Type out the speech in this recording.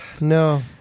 No